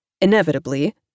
Inevitably